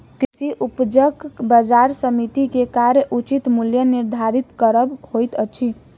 कृषि उपज बजार समिति के कार्य उचित मूल्य निर्धारित करब होइत अछि